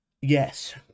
yes